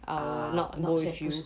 err not say